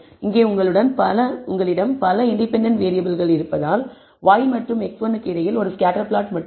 இங்கே உங்களிடம் பல இண்டிபெண்டன்ட் வேறியபிள்கள் இருப்பதால் y மற்றும் x1 க்கு இடையில் ஒரு ஸ்கேட்டர் பிளாட் மட்டும் இல்லை